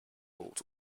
bought